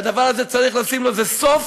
והדבר הזה, צריך לשים לזה סוף,